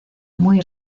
muy